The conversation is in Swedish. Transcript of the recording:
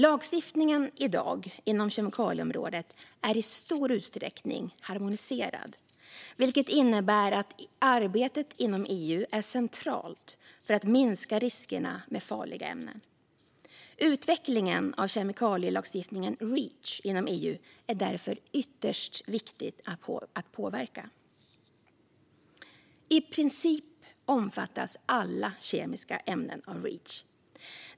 Lagstiftningen inom kemikalieområdet är i dag i stor utsträckning harmoniserad, vilket innebär att arbetet inom EU är centralt för att minska riskerna med farliga ämnen. Utvecklingen av kemikalielagstiftningen Reach inom EU är därför ytterst viktig att påverka. I princip omfattas alla kemiska ämnen av Reach.